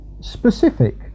Specific